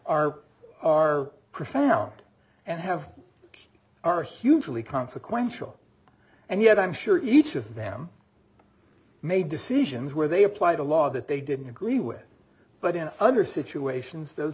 are are profound and have are hugely consequential and yet i'm sure each of them made decisions where they apply the law that they didn't agree with but in other situations those